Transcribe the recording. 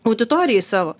auditorijai savo